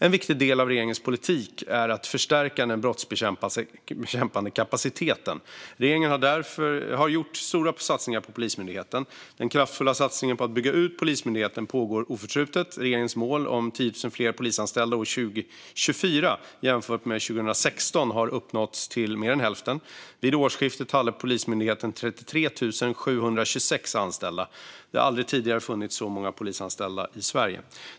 En viktig del av regeringens politik är att förstärka den brottsbekämpande kapaciteten. Regeringen har gjort stora satsningar på Polismyndigheten. Den kraftfulla satsningen på att bygga ut Polismyndigheten pågår oförtrutet. Regeringens mål om 10 000 fler polisanställda år 2024 jämfört med 2016 har uppnåtts till mer än hälften. Vid årsskiftet hade Polismyndigheten 33 726 anställda. Det har aldrig tidigare funnits så många polisanställda i Sverige.